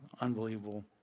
unbelievable